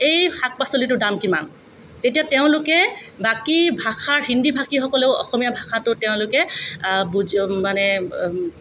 এই শাক পাচলিটোৰ দাম কিমান তেতিয়া তেওঁলোকে বাকী ভাষাৰ হিন্দী ভাষীসকলেও অসমীয়া ভাষাটো তেওঁলোকে বুজি মানে